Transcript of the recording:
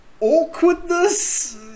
awkwardness